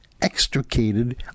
extricated